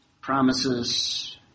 promises